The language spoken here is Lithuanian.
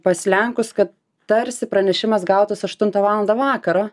pas lenkus kad tarsi pranešimas gautas aštuntą valandą vakaro